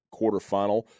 quarterfinal—